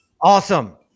Awesome